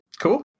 Cool